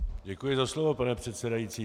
Děkuji za slovo, pane předsedající.